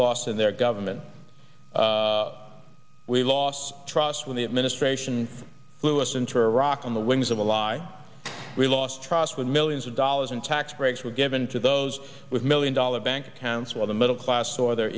lost in their government we lost trust with the administration flew us into iraq on the wings of a lie we lost trust with millions of dollars in tax breaks were given to those with million dollar bank accounts while the middle class or their